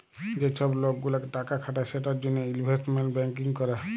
যে চ্ছব লোক ওলেক টাকা খাটায় সেটার জনহে ইলভেস্টমেন্ট ব্যাঙ্কিং ক্যরে